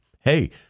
hey